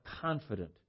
confident